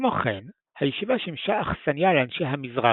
כמו כן הישיבה שימשה אכסניה לאנשי "המזרחי"